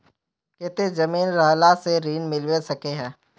केते जमीन रहला से ऋण मिलबे सके है?